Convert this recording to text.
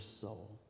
soul